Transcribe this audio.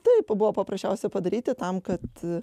taip buvo paprasčiausia padaryti tam kad